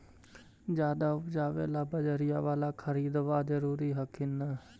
ज्यादा उपजाबे ला बजरिया बाला खदबा जरूरी हखिन न?